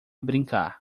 brincar